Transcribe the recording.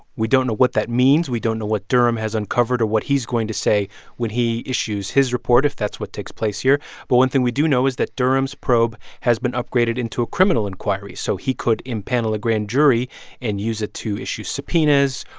we don't know what that means. we don't know what durham has uncovered or what he's going to say when he issues his report if that's what takes place here but one thing we do know is that durham's probe has been upgraded into a criminal inquiry. so he could impanel a grand jury and use it to issue subpoenas,